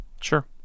Sure